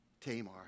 Tamar